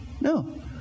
no